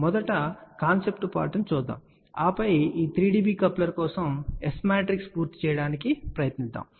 మొదట కాన్సెప్ట్ పార్ట్ని చూద్దాం ఆపై ఈ 3 dB కప్లర్ కోసం S మ్యాట్రిక్స్ పూర్తి చేయడానికి ప్రయత్నిస్తాము